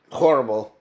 horrible